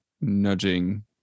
nudging